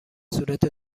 صورت